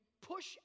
push